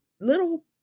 little